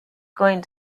going